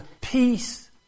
Peace